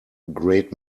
great